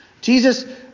Jesus